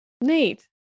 neat